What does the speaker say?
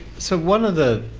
so one of the